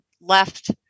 left